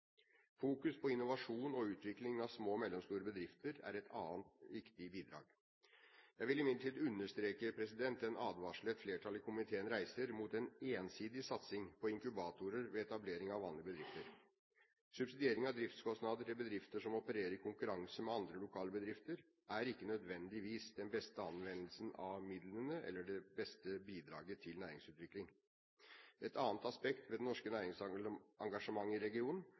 Fokus på innovasjon og utvikling av små og mellomstore bedrifter er et annet viktig bidrag. Jeg vil imidlertid understreke den advarselen et flertall i komiteen reiser mot en ensidig satsing på inkubatorer ved etablering av vanlige bedrifter. Subsidiering av driftskostnader til bedrifter som opererer i konkurranse med andre lokale bedrifter, er ikke nødvendigvis den beste anvendelsen av midlene, eller det beste bidraget til næringsutvikling. Et annet aspekt ved det norske næringsengasjementet i regionen